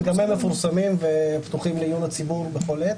וגם הם מפורסמים ופתוחים לעיון הציבור בכל עת.